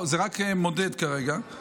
זה רק מודד כרגע.